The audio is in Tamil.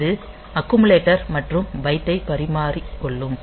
இது அக்குமுலேட்டர் மற்றும் பைட் ஐ பரிமாறிக்கொள்ளும்